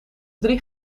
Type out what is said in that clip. drie